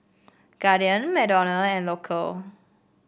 Guardian McDonald and Loacker